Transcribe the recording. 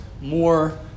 more